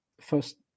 First